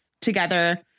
together